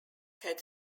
had